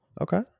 Okay